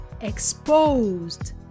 Exposed